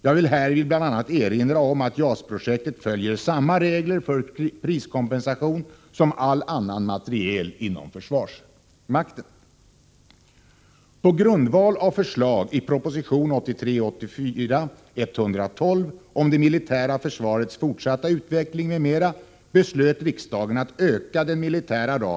Jag vill härvid bl.a. erinra om att JAS projektet följer samma regler för priskompensation som all annan materiel inom försvarsmakten.